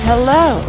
Hello